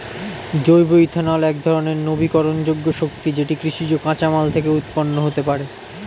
জৈব ইথানল একধরণের নবীকরণযোগ্য শক্তি যেটি কৃষিজ কাঁচামাল থেকে উৎপন্ন হতে পারে